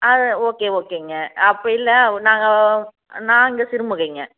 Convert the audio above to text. அது ஓகே ஓகேங்க அப்போ இல்லை நாங்கள் நான் இங்கே சிறுமுகைங்க